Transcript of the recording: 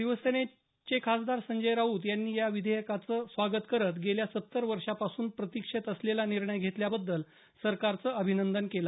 शिवसेनेचे खासदार संजय राऊत यांनी या विधेयकाचं स्वागत करत गेल्या सत्तर वर्षांपासून प्रतीक्षेत असलेला निर्णय घेतल्याबद्दल सरकारचं अभिनंदन केलं